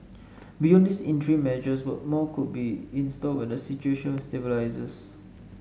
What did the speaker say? beyond these interim measures more could be in store when the situation stabilises